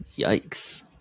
Yikes